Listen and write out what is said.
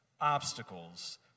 obstacles